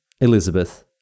Elizabeth